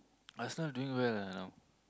Arsenal doing well ah you know